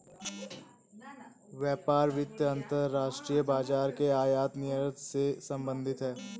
व्यापार वित्त अंतर्राष्ट्रीय बाजार के आयात निर्यात से संबधित है